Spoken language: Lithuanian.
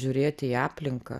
žiūrėti į aplinką